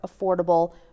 affordable